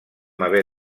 haver